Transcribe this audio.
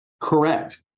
Correct